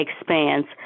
expands